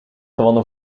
gewonnen